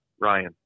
Ryan